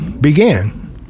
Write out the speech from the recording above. began